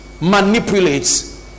manipulates